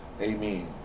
amen